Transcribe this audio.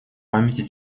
памяти